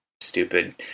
stupid